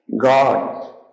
God